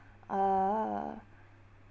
uh